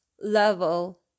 level